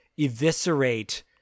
eviscerate